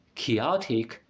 chaotic